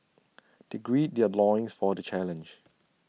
they gird their loins for the challenge